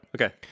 Okay